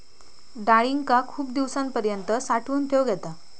डाळींका खूप दिवसांपर्यंत साठवून ठेवक येता